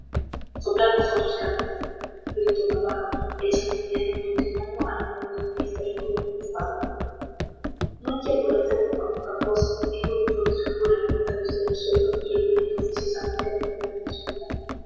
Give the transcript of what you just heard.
soplad vosotros canallas gritó navarro echando inmediatamente mano al lugar donde debía estar el puño de la espada no hay que apurarse por tan poca cosa dijo de improviso el cura levantándose del suelo y acudiendo oficiosamente al lugar de la disputa